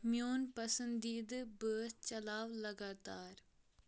میون پسندیدٕ بٲتھ چلاو لگاتار